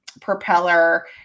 propeller